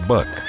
Buck